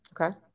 Okay